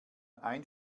ein